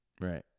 Right